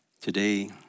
Today